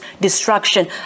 destruction